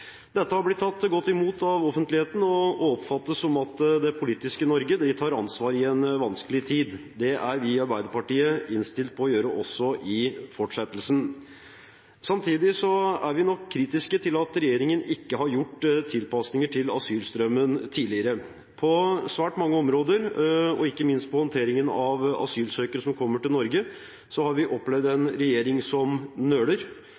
Dette er blitt tatt godt imot av offentligheten og oppfattet som at det politiske Norge tar ansvar i en vanskelig tid. Det er vi i Arbeiderpartiet innstilt på å gjøre også i fortsettelsen. Samtidig er vi kritiske til at regjeringen ikke har gjort tilpasninger til asylstrømmen tidligere. På svært mange områder og ikke minst når det gjelder håndteringen av asylsøkere som kommer til Norge, har vi opplevd en regjering som nøler,